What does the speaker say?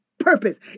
purpose